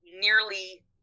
nearly